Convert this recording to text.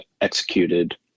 executed